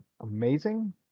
amazing